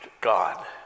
God